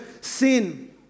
sin